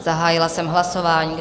Zahájila jsem hlasování.